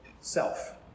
self